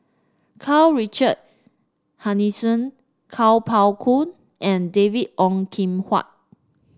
Karl Richard Hanitsch Kuo Pao Kun and David Ong Kim Huat